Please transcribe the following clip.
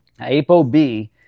ApoB